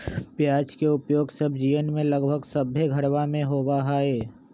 प्याज के उपयोग सब्जीयन में लगभग सभ्भे घरवा में होबा हई